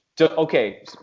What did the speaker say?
Okay